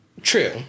True